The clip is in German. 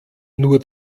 nur